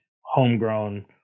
homegrown